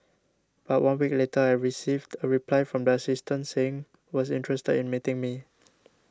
but one week later I received a reply from the assistant saying was interested in meeting me